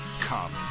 Come